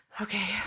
Okay